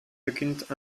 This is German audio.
beginnt